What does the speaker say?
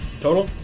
Total